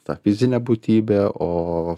tą fizinę būtybę o